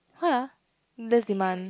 why ah less demand